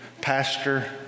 pastor